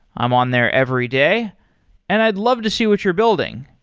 i'm on there every day and i'd love to see what you're building.